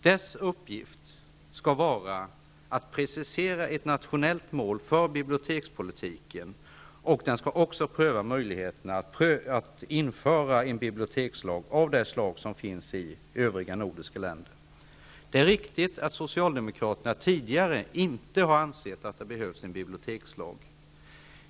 Dess uppgift skall vara att precisera ett nationellt mål för bibliotekspolitiken, och den skall också pröva möjligheten att införa en bibliotekslag av det slag som finns i övriga nordiska länder. Det är riktigt att Socialdemokraterna tidigare inte har ansett att det behövs en bibliotekslag.